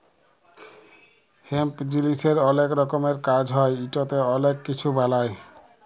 hemp জিলিসের অলেক রকমের কাজ হ্যয় ইটতে অলেক কিছু বালাই